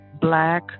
black